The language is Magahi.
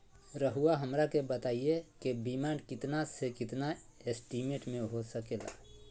रहुआ हमरा के बताइए के बीमा कितना से कितना एस्टीमेट में हो सके ला?